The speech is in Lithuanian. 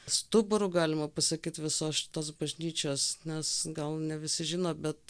stuburu galima pasakyt visos šitos bažnyčios nes gal ne visi žino bet